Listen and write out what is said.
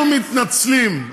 אנחנו מתנצלים.